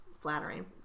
flattering